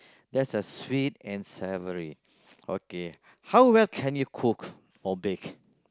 that's a sweet and savory okay how well can you cook or bake